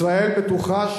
ישראל בטוחה,